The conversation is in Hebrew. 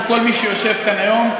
כל מי שיושב כאן היום,